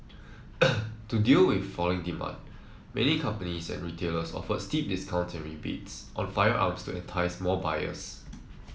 to deal with falling demand many companies and retailers offered steep discounts and rebates on firearms to entice more buyers